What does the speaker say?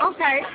Okay